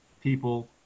people